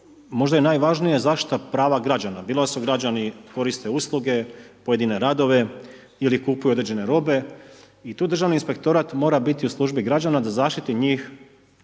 možda i najvažnije zaštita prava građana, bilo bilo da su građani koriste usluge, pojedine radove ili kupuju određene robe i tu državni inspektorat mora biti u službi građana da zaštiti njih